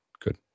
good